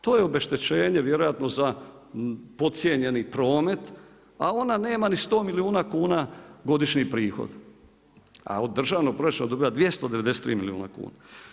To je obeštećenje vjerojatno za podcijenjeni promet, a ona nema ni sto milijuna kuna godišnji prihod, a od državnog proračuna dobiva 293 milijuna kuna.